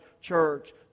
church